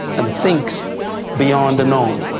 and thinks beyond the norm.